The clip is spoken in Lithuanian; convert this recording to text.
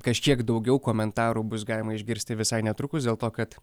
kažkiek daugiau komentarų bus galima išgirsti visai netrukus dėl to kad